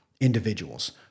individuals